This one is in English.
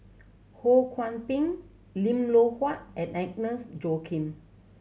Ho Kwon Ping Lim Loh Huat and Agnes Joaquim